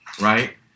right